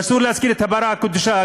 אסור להזכיר את הפרה הקדושה,